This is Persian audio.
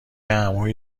عمویی